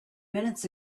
minutes